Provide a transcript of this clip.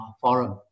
forum